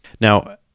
Now